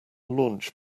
launch